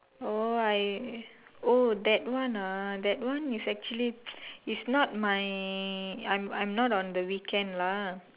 oh I oh that one ah that one is actually is not my I'm I'm not on the weekend lah